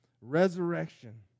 resurrection